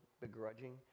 begrudging